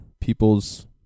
people's